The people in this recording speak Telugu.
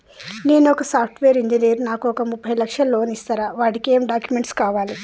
నేను ఒక సాఫ్ట్ వేరు ఇంజనీర్ నాకు ఒక ముప్పై లక్షల లోన్ ఇస్తరా? వాటికి ఏం డాక్యుమెంట్స్ కావాలి?